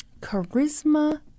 Charisma